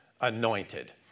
anointed